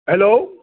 hello